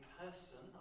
person